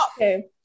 Okay